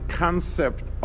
concept